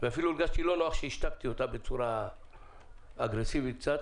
ואפילו הרגשתי לא נוח שהשתקתי אותה בצורה אגרסיבית קצת